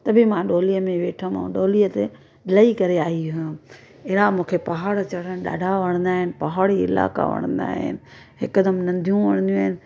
त बि मां डोलीअ में वेठमि ऐं डोलीअ तों लही करे आई हुअमि अहिड़ा मूंखे पहाड़ चढ़णु ॾाढा वणंदा आहिनि पहाड़ी इलाइका वणंदा आहिनि हिकदमु नदियूं वणंदियूं आहिनि